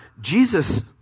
Jesus